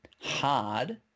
hard